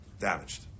damaged